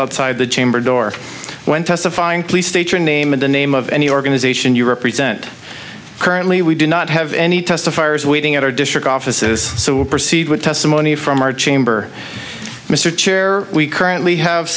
outside the chamber door when testifying please state your name in the name of any organization you represent currently we do not have any testifiers waiting at our district offices so we proceed with testimony from our chamber mr chair we currently have